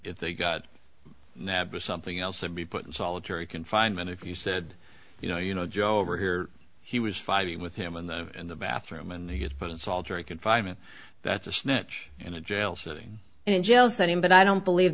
and they got nabbed or something else they'd be put in solitary confinement if you said you know you know joe over here he was fighting with him in the in the bathroom and he gets put in solitary confinement that's a snitch in a jail sitting in jail studying but i don't believe